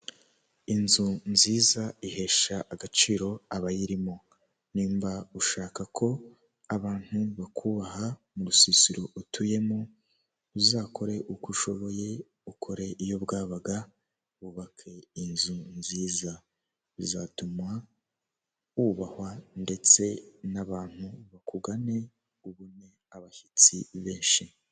Inzu nziza ihesha agaciro abayirimo nimba ushaka ko abantu bakubaha mu rusisiro utuyemo uzakore uko ushoboye, ukore iyo bwabaga wubaka inzu nziza bizatuma wubahwa ndetse n'abantu bakugane ubone abashyitsi benshi.